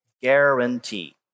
guarantee